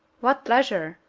what pleasure?